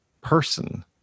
person